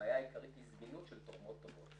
הבעיה העיקרית היא זמינות של תורמות טובות.